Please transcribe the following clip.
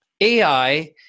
AI